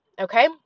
okay